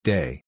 Day